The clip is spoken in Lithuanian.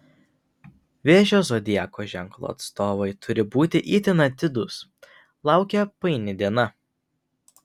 vėžio zodiako ženklo atstovai turi būti itin atidūs laukia paini diena